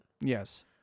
Yes